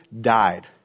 died